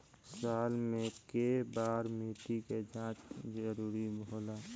साल में केय बार मिट्टी के जाँच जरूरी होला?